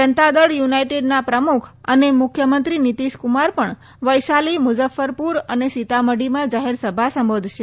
જનતા દળ યુનાઈટેડના પ્રમુખ અને મુખ્યમંત્રી નીતીશકુમાર પણ વૈશાલી મુઝફફરપૂર અને સીતામઢીમાં જાહેરસભા સંબોધશે